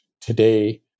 today